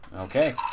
Okay